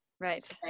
Right